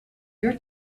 your